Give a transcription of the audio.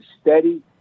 steady